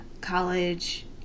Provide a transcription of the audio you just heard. college